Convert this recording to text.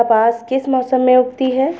कपास किस मौसम में उगती है?